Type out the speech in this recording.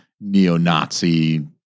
neo-Nazi